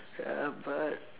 ya but